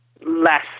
less